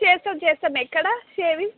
చేస్తాం చేస్తాం ఎక్కడ షేవింగ్